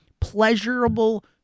pleasurable